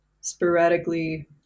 sporadically